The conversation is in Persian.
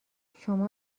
شما